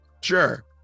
sure